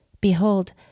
Behold